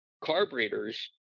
carburetors